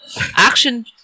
action